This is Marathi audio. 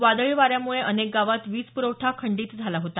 वादळी वाऱ्यामुळे अनेक गावात वीज पुरवठा खंडीत झाला होता